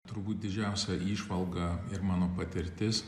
turbūt didžiausia įžvalga ir mano patirtis